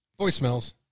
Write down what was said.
voicemails